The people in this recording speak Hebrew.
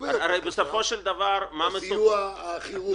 הרי בסופו של דבר ------ הסיוע הכירורגי.